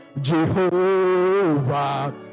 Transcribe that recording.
Jehovah